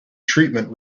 treatment